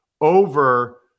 over